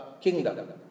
Kingdom